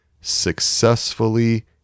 successfully